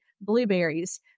blueberries